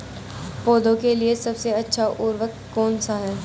पौधों के लिए सबसे अच्छा उर्वरक कौन सा है?